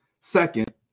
Second